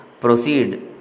proceed